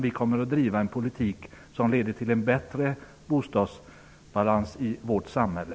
Vi kommer att driva en politik som leder till en bättre bostadsbalans i vårt samhälle.